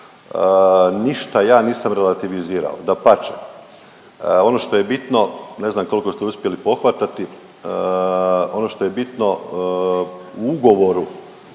ništa ja nisam relativizirao. Dapače, ono što je bitno, ne znam koliko ste uspjeli pohvatati, ono što je bitno u ugovoru